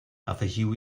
afegiu